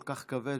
כל כך כבד,